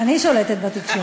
אני שולטת בתקשורת?